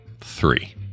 Three